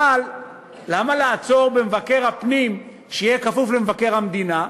אבל למה לעצור במבקר הפנים שיהיה כפוף למבקר המדינה?